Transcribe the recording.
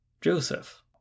Joseph